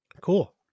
Cool